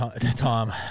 Tom